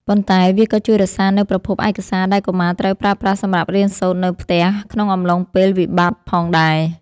ប៉ុន្តែវាក៏ជួយរក្សានូវប្រភពឯកសារដែលកុមារត្រូវប្រើប្រាស់សម្រាប់រៀនសូត្រនៅផ្ទះក្នុងអំឡុងពេលវិបត្តិផងដែរ។